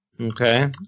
Okay